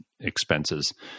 expenses